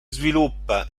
sviluppa